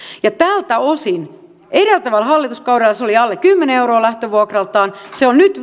tältä osin edeltävällä hallituskaudella se oli alle kymmenen euroa lähtövuokraltaan se on nyt